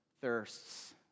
thirsts